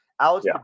Alex